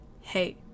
Hey